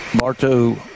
Marto